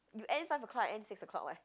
you end five o-clock I end six o-clock leh